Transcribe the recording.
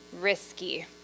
risky